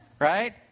right